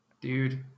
Dude